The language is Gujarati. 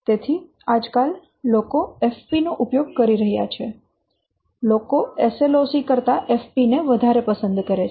તેથી આજકાલ લોકો FP નો ઉપયોગ કરી રહ્યા છે તેને SLOC કરતા વધારે પસંદ કરે છે